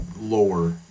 lower